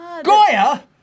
Goya